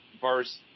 first